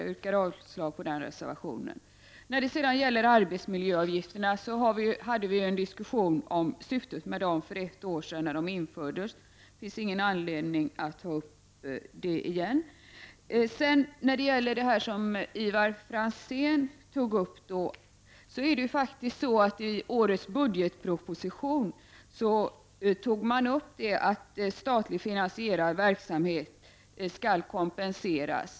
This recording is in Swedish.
Jag yrkar avslag på den reservationen. Vi hade för ett år sedan en diskussion om arbetsmiljöavgifterna i samband med att de infördes. Det finns därför ingen anledning att ta upp den frågan igen. I årets budgetproposition nämns att statligt finansierad verksamhet skall kompenseras.